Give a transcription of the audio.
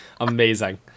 Amazing